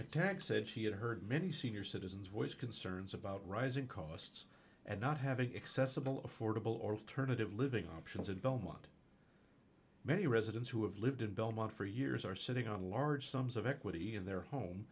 said he had heard many senior citizens voiced concerns about rising costs and not having accessible affordable alternative living options and belmont many residents who have lived in belmont for years are sitting on large sums of equity in their home